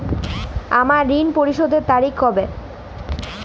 আমার ঋণ পরিশোধের তারিখ কবে?